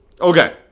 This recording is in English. Okay